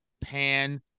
pan